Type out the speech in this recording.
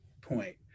point